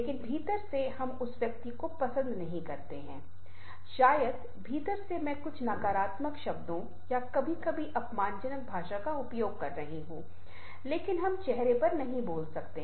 लेकिन भीतर से हम उस व्यक्ति को पसंद नहीं करते हैं शायद भीतर से मैं कुछ नकारात्मक शब्दों या कभी कभी अपमानजनक भाषा का उपयोग कर रहा हूं लेकिन हम चेहरे पर नहीं बोल सकते